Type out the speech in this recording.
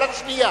על השנייה